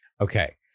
Okay